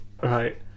right